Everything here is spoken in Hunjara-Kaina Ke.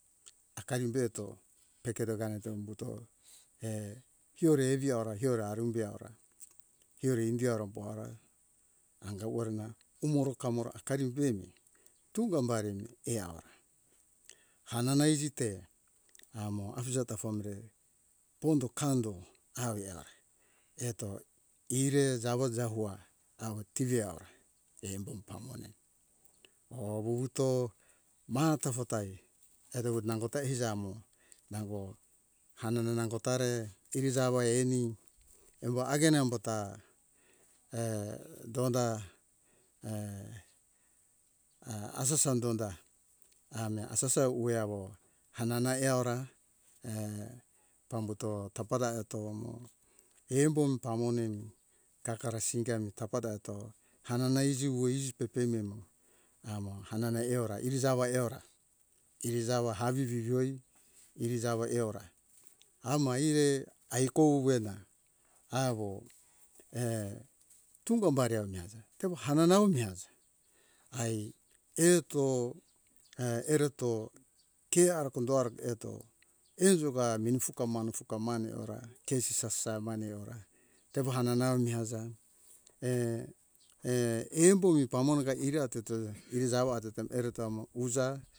Akarim be to peketo barato umbuto err keure avi ora heora arumbe haura keure ini aro bora anga horona umoro kamora hakari be be mi tunga barimi err awora hanana iji te amo afije tapore pondo kando avihora eto ire jawo jawo hora awo tiri awora embo pamone o vuvuto maha tafa tae edo nango ta iji amo nango hanana nango tare iri jawo eni embo hagen embo ta err donda err a asasa donda ame asasa owe awo hanana eora err pambuto tapa da eto mo embo pamone mi kakara singa mi tapa da eto hanana iji wu iji pepemi emo amo hanana eora iri jawo eora iri jawo eora ama ire aiko ovena awo err tungo bari ami aza tevo hanana mi aza ai eto a ereto ke aroko do araketo eujuga menifuka mane fuka mane ora ke sasa mane ora tevo hanana mi aza err err iumbui pamone ga iriato keora i jawo eto ta ere tamo usa